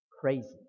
crazy